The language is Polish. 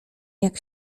jak